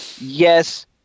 yes